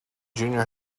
junior